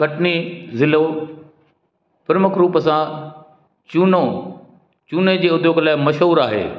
कटनी ज़िलो प्रमुख रूप सां चूनो चूने जी उद्दयोग लाइ मशहूर आहे